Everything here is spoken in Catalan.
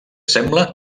sembla